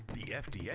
the fda, yeah